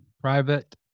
Private